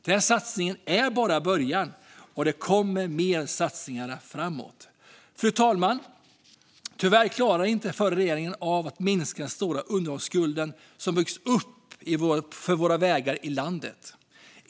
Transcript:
Den satsningen är bara början, och det kommer mer satsningar framöver. Fru talman! Tyvärr klarade inte förra regeringen av att minska den stora underhållsskuld som byggts upp när det gäller vägarna i landet.